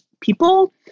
people